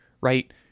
right